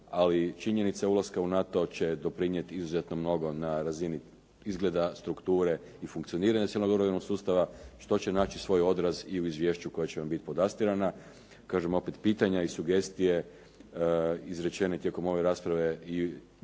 ali činjenica ulaska u NATO će doprinijeti izuzetno mnogo na razini izgleda, strukture i funkcioniranja cijelog oružanog sustava, što će naći svoj odraz i u izvješćima koja će vam biti podastirana. Kažem opet, pitanja i sugestije izrečene tijekom ove rasprave i